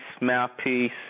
mouthpiece